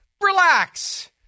Relax